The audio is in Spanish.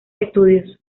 estudios